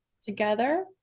together